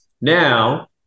now